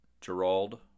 Gerald